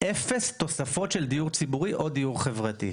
אפס תוספות של דיור ציבורי או דיור חברתי.